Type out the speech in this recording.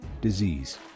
disease